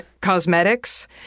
cosmetics